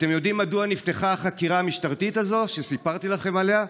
אתם יודעים מדוע נפתחה החקירה המשטרתית הזאת שסיפרתי לכם עליה?